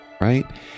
right